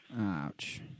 Ouch